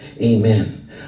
Amen